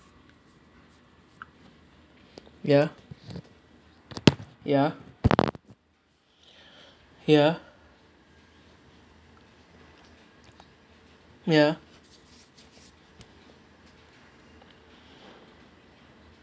ya ya ya ya